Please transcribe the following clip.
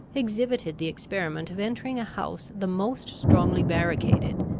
exhibited the experiment of entering a house the most strongly barricaded,